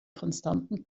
konstanten